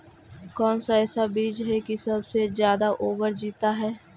कौन सा ऐसा बीज है की सबसे ज्यादा ओवर जीता है?